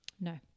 No